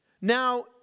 Now